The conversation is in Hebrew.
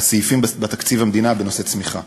סעיפים בתקציב המדינה בנושא צמיחה.